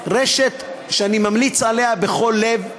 רשת שאני ממליץ עליה בכל לב,